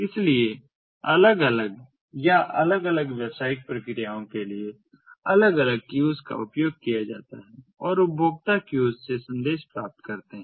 इसलिए अलग अलग या अलग अलग व्यावसायिक प्रक्रियाओं के लिए अलग अलग क्यूस का उपयोग किया जाता है और उपभोक्ता क्यूस से संदेश प्राप्त करते हैं